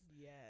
yes